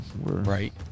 Right